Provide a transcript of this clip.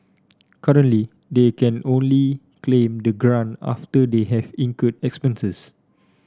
currently they can only claim the grant after they have incurred expenses